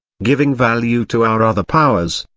giving value to our other powers,